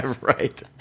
Right